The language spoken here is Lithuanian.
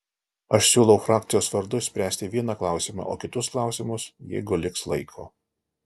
aš siūlau frakcijos vardu išspręsti vieną klausimą o kitus klausimus jeigu liks laiko